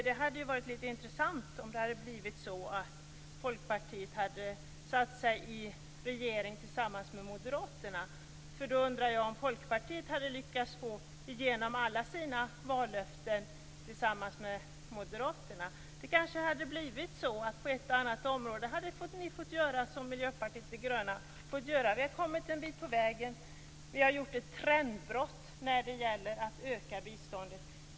Det hade varit lite intressant om det hade blivit så att Folkpartiet hade satt sig i regering tillsammans med Moderaterna. Då undrar jag om Folkpartiet hade lyckats få igenom alla sina vallöften tillsammans med Moderaterna. Det kanske hade blivit så att ni på ett eller annat område hade fått göra som Miljöpartiet de gröna. Vi i Miljöpartiet har kommit en bit på vägen. Vi har gjort ett trendbrott när det gäller att öka biståndet.